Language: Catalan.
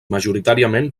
majoritàriament